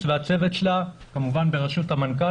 והצוות שלה כמובן בראשות המנכ"ל